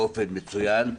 באופן מצוין,